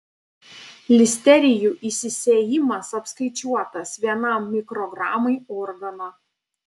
listerijų išsisėjimas apskaičiuotas vienam mikrogramui organo